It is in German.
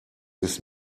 ist